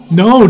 no